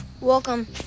Welcome